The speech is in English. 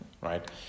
right